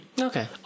Okay